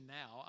now